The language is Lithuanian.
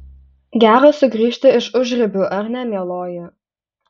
gera sugrįžti iš užribių ar ne mieloji